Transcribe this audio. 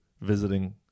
visiting